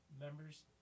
members